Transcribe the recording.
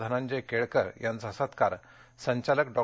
धनंजय केळकर यांचा सत्कार संचालक डॉ